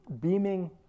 beaming